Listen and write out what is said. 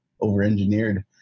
over-engineered